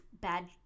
bad